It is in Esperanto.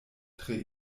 tre